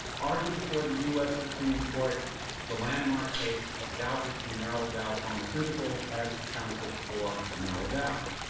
argued before the us supreme court the landmark case of daubert v. merrell dow pharmaceuticals as counsel for merrell dow.